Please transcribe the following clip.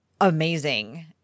amazing